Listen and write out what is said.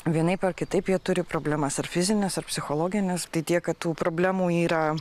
vienaip ar kitaip jie turi problemas ar fizines ar psichologines tai tiek kad tų problemų yra